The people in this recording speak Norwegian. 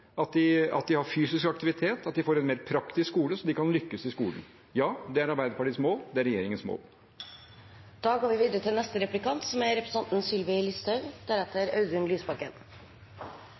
at de har fysisk aktivitet, og at de får en mer praktisk skole, så de kan lykkes i skolen. Ja, det er Arbeiderpartiets mål – det er regjeringens mål.